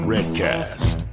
Redcast